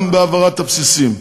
גם בהעברת הבסיסים,